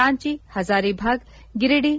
Ranchi Hazaribagh Giridih